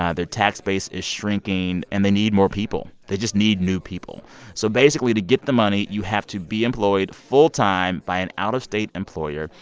ah their tax base is shrinking, and they need more people. they just need new people. so basically, to get the money, you have to be employed full time by an out-of-state employer.